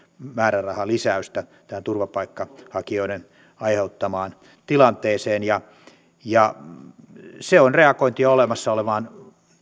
määrärahalisäystä tähän turvapaikanhakijoiden aiheuttamaan tilanteeseen se on reagointia olemassa olevaan